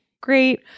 great